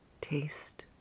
taste